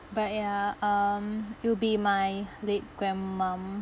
but ya um it will be my late grandmum